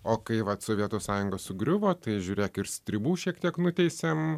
o kai vat sovietų sąjunga sugriuvo tai žiūrėk ir stribų šiek tiek nuteisėm